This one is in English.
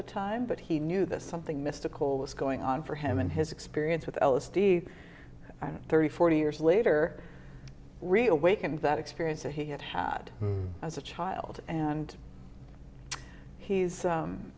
the time but he knew that something mystical was going on for him in his experience with l s d thirty forty years later reawakened that experience that he had had as a child and he's